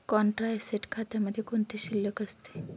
Contra asset खात्यामध्ये कोणती शिल्लक असते?